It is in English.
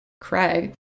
Craig